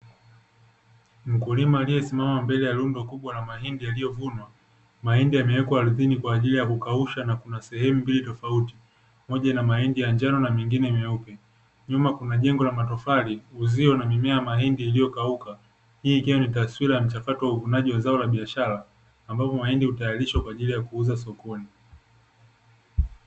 Mkulima aliyesimama mbele ya lundo kubwa la mahindi yaliyovunwa, mahindi yamewekwa ardhini kwa ajili ya kukausha na kuna sehemu mbili tofauti, moja inamahindi ya njano na mengine meupe nyuma kuna jengo la matofali uzio na mimea ya mahindi iliyokauka, hii ikiwa ni taswira ya mchakato wa uvunaji wa zao la biashara ambapo mahindi hutayarishwa kwa ajili ya kuuzwa sokoni.